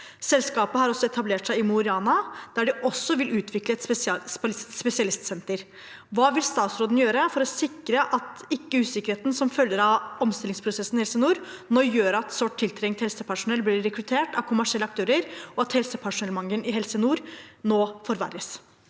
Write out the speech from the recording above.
Selskapet har også etablert seg i Mo i Rana, der de også vil utvikle et spesialistsenter. Hva vil statsråden gjøre for å sikre at ikke usikkerheten som følger av omstillingsprosessen i Helse Nord, nå gjør at sårt tiltrengt helsepersonell blir rekruttert av kommersielle aktører og at helsepersonellmangelen i Helse Nord forverres?»